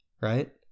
right